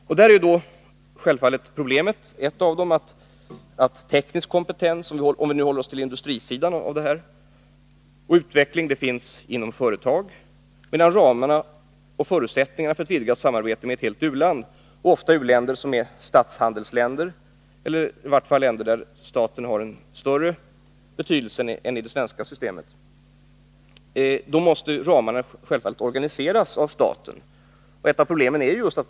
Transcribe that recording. Ett av problemen här är att teknisk kompetens — om vi nu håller oss till industrisidan — finns inom företag, medan ramarna och förutsättningarna för ett vidgat samarbete med ett helt u-land — som ju ofta är ett statshandelsland eller där i vart fall staten har en större betydelse än i det svenska systemet — måste organiseras av staten.